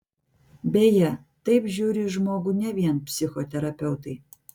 beje taip žiūri į žmogų ne vien psichoterapeutai